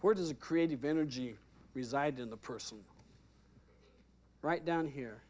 where does a creative energy reside in the person right down here